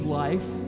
life